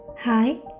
Hi